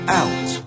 out